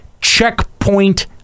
Checkpoint